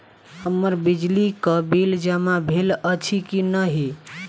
हम्मर बिजली कऽ बिल जमा भेल अछि की नहि?